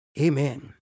Amen